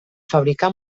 fabricar